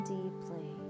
deeply